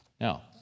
Now